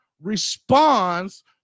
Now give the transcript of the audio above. responds